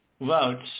votes